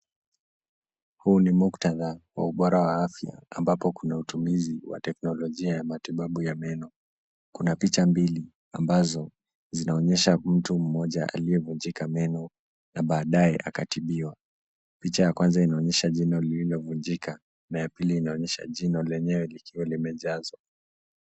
Huu ni muktadha wa ubora wa afya ambapo kuna utumizi wa teknolojia ya matibabu ya meno. Kuna picha mbili ambazo zinaonyesha mtu mmoja aliyevunjika meno na baadaye akatibiwa. Picha ya kwanza inaonyesha jino lililovunjika na ya pili inaonyesha jino lenyewe likiwa limejazwa.